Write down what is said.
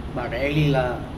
but rarely lah